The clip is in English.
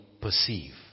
perceive